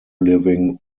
living